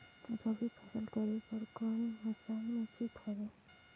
रबी फसल करे बर कोन मौसम उचित हवे?